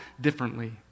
differently